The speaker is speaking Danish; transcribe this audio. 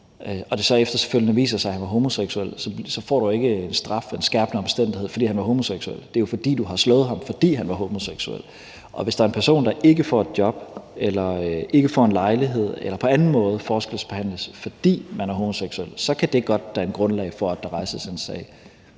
så efterfølgende viser sig, at han var homoseksuel, så får du ikke en straf efter en skærpende omstændighed, fordi han var homoseksuel. Det gør du, hvis du har slået ham, fordi han var homoseksuel. Og hvis der er en person, der ikke får et job eller ikke får en lejlighed eller på anden måde forskelsbehandles, fordi vedkommende er homoseksuel, kan det godt danne grundlag for, at der rejses en sag.